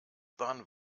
bahn